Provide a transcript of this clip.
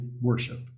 worship